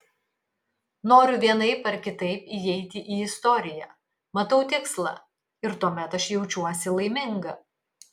noriu vienaip ar kitaip įeiti į istoriją matau tikslą ir tuomet aš jaučiuosi laiminga